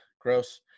gross